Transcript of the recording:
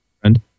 friend